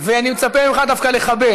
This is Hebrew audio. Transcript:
ואני מצפה ממך דווקא לכבד.